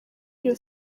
iyo